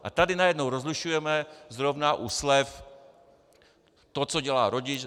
A tady najednou rozlišujeme zrovna u slev to, co dělá rodič.